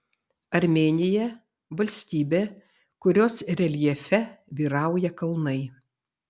armėnija valstybė kurios reljefe vyrauja kalnai